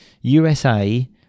usa